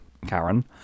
Karen